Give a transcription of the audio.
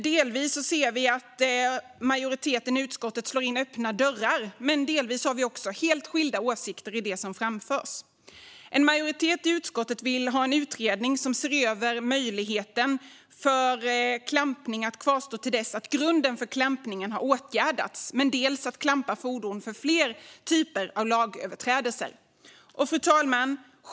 Delvis ser vi att majoriteten i utskottet slår in öppna dörrar; delvis har vi också helt skilda åsikter i det som framförs. En majoritet i utskottet vill ha en utredning som ser över möjligheten för klampning att kvarstå till dess att grunden för klampningen har åtgärdats och även att klampa fordon för fler typer av lagöverträdelser. Fru talman!